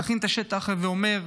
להכין את השטח, הווה אומר